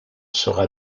sera